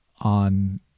on